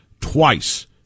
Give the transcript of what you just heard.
twice